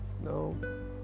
No